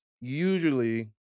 usually